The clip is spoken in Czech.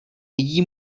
vidí